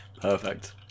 Perfect